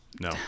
no